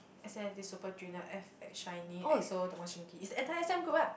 S_M has this Super-Junior F X Shiny ExoDongbangshinki it's the entire S_M group lah